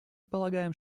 полагаем